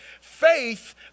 Faith